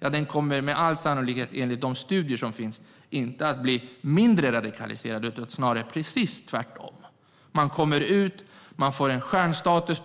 Ja, enligt de studier som finns kommer de inte att bli mindre radikaliserade utan snarare tvärtom. De kommer ut, får stjärnstatus